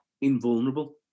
invulnerable